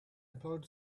employed